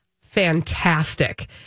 Fantastic